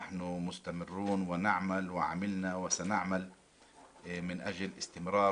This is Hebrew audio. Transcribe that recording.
אנחנו פועלים, פעלנו ונפעל למען הישארות הרשימה